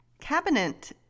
cabinet